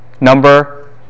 Number